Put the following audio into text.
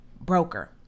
broker